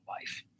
life